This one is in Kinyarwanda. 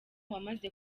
wamaze